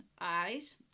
eyes